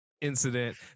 incident